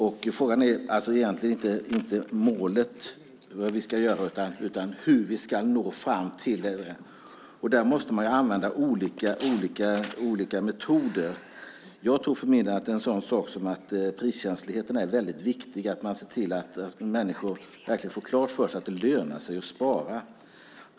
Det handlar inte så mycket om målet utan om hur vi ska nå fram till målet. Där måste olika metoder användas. Priskänsligheten är viktig. Människor ska verkligen få klart för sig att det lönar sig att spara.